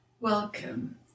Welcome